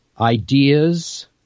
Ideas